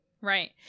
right